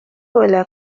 إلى